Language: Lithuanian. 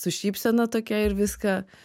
su šypsena tokia ir viską